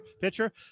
pitcher